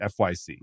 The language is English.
fyc